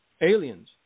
aliens